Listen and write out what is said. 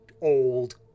old